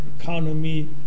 economy